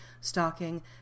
stalking